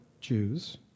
Jews